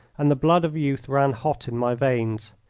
and the blood of youth ran hot in my veins.